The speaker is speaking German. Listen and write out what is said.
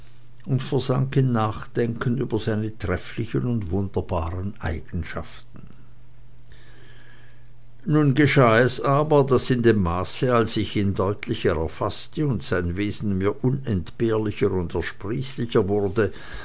und versank in nachdenken über seine trefflichen und wunderbaren eigenschaften nun geschah es aber daß in dem maße als ich ihn deutlicher erfaßte und sein wesen mir unentbehrlicher und ersprießlicher wurde